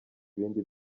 ibindi